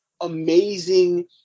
amazing